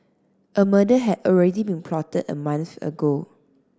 a murder had already been plotted a month ago